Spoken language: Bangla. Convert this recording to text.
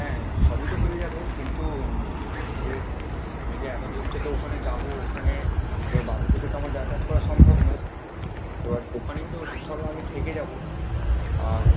হ্যাঁ সবই তো হয়ে যাবে কিন্তু এই যে আমি যে এতো দূর থেকে ওখানে যাবো ওখানে এবার বাড়ি থেকে তো আমার যাতায়াত করা সম্ভব নয় তো ওখানেই তো ধরো আমি থেকে যাবো আর